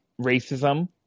racism